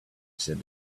said